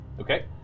Okay